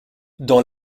dans